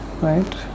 Right